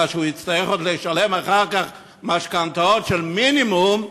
כאשר הוא יצטרך עוד לשלם אחר כך משכנתאות של מינימום,